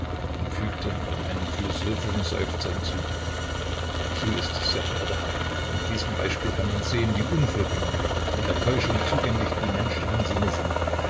und fügte mit einem philosophischen seufzer hinzu so ist es sehr verehrter herr an diesem beispiel kann man sehen wie unvollkommen und der täuschung zugänglich die menschlichen sinne sind